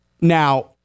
Now